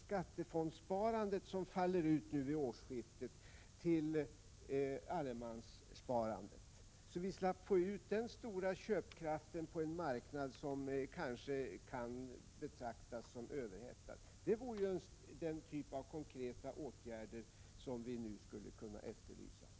skattefondssparande som faller ut nu vid årsskiftet till allemanssparandet, så vi slapp att få ut den stora köpkraften på en marknad som kanske kan betraktas som överhettad. Det vore den typ av konkreta åtgärder som vi nu skulle kunna efterlysa.